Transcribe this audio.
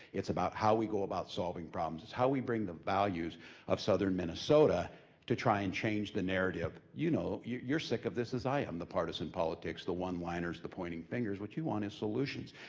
it's about how we go about solving problems, it's how we bring the values of southern minnesota to try and change the narrative. you know you're sick of this as i am. the partisan politics, the one liners, the pointing fingers. what you want is solutions.